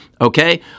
okay